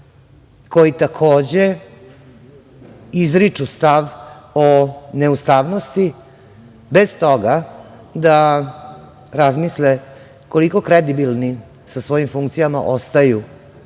koji takođe izriču stav o neustavnosti, bez toga da razmisle koliko kredibilnim sa svojim funkcijama ostaju